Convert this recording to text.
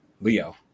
Leo